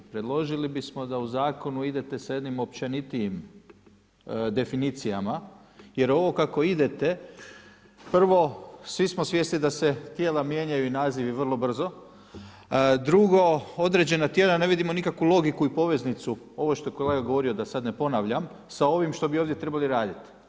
Predložili bismo da u zakonu idete sa jednim općenitijim definicijama jer ovo kako idete prvo svi smo svjesni da se tijela mijenjaju i nazivi vrlo brzo, drugo određena tijela, ne vidimo nikakvu logiku i poveznicu ovo što je kolega govorio, da sad ne ponavljam, sa ovim šta bi ovdje trebali radit.